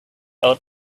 old